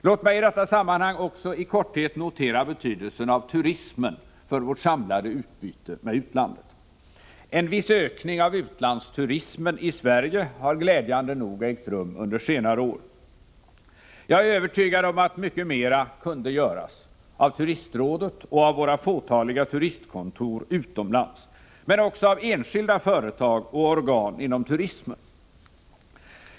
Låt mig i detta sammanhang också i korthet notera betydelsen av turismen för vårt samlade utbyte med utlandet. En viss ökning av utlandsturismen i Sverige har glädjande nog ägt rum under senare år. Jag är övertygad om att mycket mera kunde göras, av turistrådet och våra fåtaliga turistkontor utomlands men också av enskilda företag och organ inom turismen.